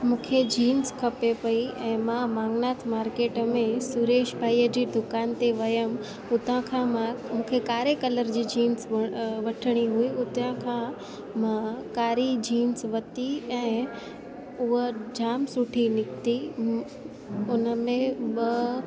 मूंखे जींस खपे पेई ऐं मां मेघनाथ मार्केट में सुरेश भाईअ जी दुकान ते वियमि हुतां खां मां मूंखे कारे कलर जी जींस वठिणी हुई हुतां खां मां कारी जींस वरिती ऐं उहा जाम सुठी निकिती उहा हुन में ॿ